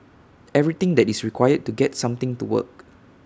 everything that is required to get something to work